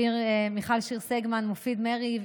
מיכל שיר סגמן, מופיד מרעי,